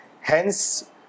hence